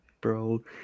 bro